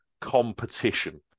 competition